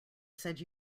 said